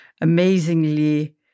amazingly